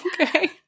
Okay